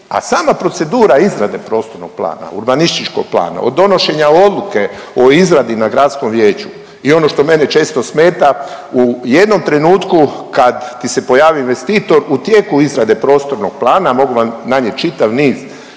A sama procedura izrade prostornog plana, urbanističkog plana, od donošenja odluke o izradi na gradskom vijeću je ono što mene često smeta. U jednom trenutku kad ti se pojavi investitor u tijeku izrade prostornog plana mogu vam nanijet čitav niz